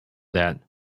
that